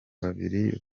babiri